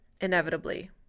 inevitably